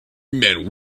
men